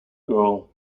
girl